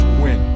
win